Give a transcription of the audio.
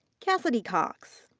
cassidy cox.